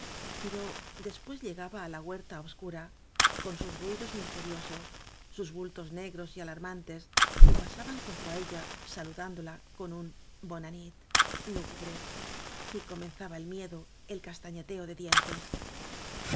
pero después llegaba á la huerta obscura con sus ruidos misteriosos sus bultos negros y alarmantes que pasaban junto á ella saludándola con un bóna nit lúgubre y comenzaba el miedo el castañeteo de dientes